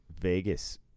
Vegas